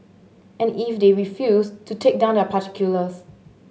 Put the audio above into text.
and if they refuse to take down their particulars